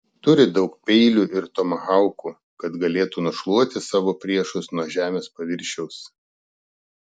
turi daug peilių ir tomahaukų kad galėtų nušluoti savo priešus nuo žemės paviršiaus